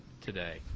today